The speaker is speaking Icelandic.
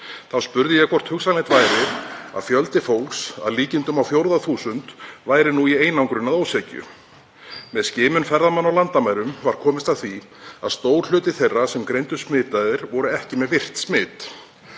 Þá spurði ég hvort hugsanlegt væri að fjöldi fólks, að líkindum á fjórða þúsund, væri nú í einangrun að ósekju. Með skimun ferðamanna á landamærum var komist að því að stór hluti þeirra sem greindust smitaðir var ekki með virkt smit.